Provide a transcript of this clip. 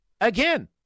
Again